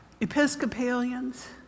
Episcopalians